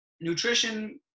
nutrition